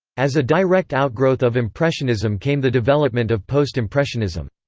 as a direct outgrowth of impressionism came the development of post-impressionism.